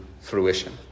fruition